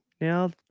now